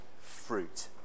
fruit